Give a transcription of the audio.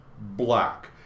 black